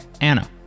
Anna